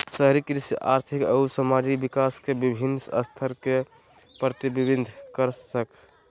शहरी कृषि आर्थिक अउर सामाजिक विकास के विविन्न स्तर के प्रतिविंबित कर सक हई